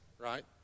right